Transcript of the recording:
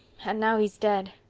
and now he's dead.